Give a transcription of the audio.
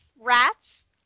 rats